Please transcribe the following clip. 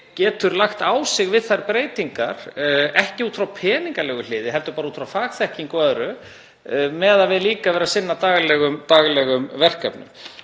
getur lagt á sig við þær breytingar, ekki út frá peningalegu hliðinni heldur bara út frá fagþekkingu og öðru meðan líka þarf að sinna daglegum verkefnum.